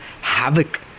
havoc